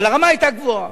אבל הרמה היתה גבוהה.